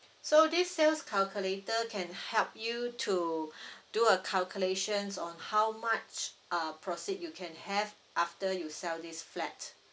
so this sales calculator can help you to do a calculations on how much uh proceeds you can have after you sell this flat